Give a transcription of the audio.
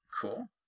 Cool